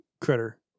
Critter